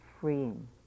freeing